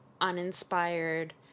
uninspired